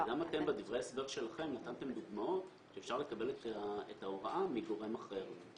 וגם אתם בדברי ההסבר שלכם נתתם דוגמאות שאפשר לקבל את ההוראה מגורם אחר.